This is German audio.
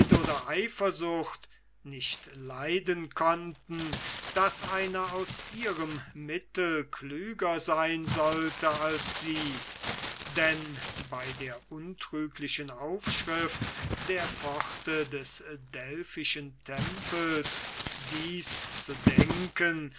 oder eifersucht nicht leiden konnten daß einer aus ihrem mittel klüger sein sollte als sie denn bei der untrüglichen aufschrift der pforte des delphischen tempels dies zu denken